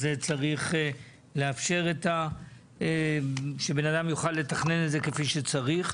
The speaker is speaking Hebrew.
אז צריך לאפשר את זה שבן אדם יוכל לתכנן את זה כפי שצריך.